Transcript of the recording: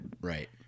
Right